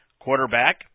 Quarterback